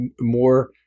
More